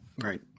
Right